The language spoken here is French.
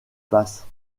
basse